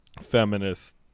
feminist